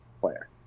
player